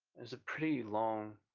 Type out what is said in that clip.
it's a pretty long